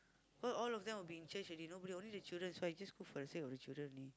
so all of them will be in church already nobody only the children so I just cook for the sake of the children only